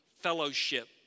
fellowship